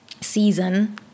season